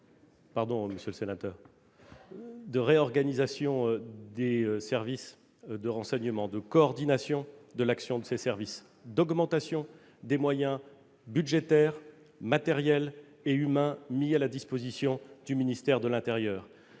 nos choix en matière de réorganisation des services de renseignement, de coordination de l'action de ces services et d'augmentation des moyens budgétaires, matériels et humains mis à la disposition du ministère de l'intérieur.